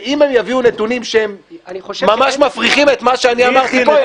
שאם הם יביאו נתונים שממש מפריכים את מה שאני אמרתי פה,